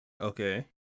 Okay